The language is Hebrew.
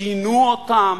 כינו אותם,